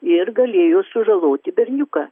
ir galėjo sužaloti berniuką